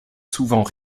souvent